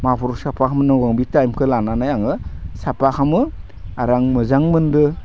माबाफोर साफा खालामनांगौ बि टाइमखो लानानै आङो साफा खालामो आरो आं मोजां मोन्दो